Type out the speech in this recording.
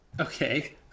Okay